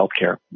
healthcare